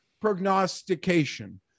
prognostication